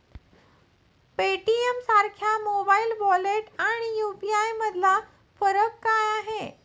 पेटीएमसारख्या mobile wallet आणि UPI यामधला फरक काय आहे?